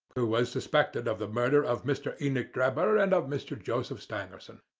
who was suspected of the murder of mr. enoch drebber and of mr. joseph stangerson.